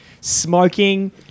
smoking